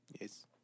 Yes